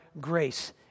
grace